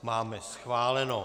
Máme schváleno.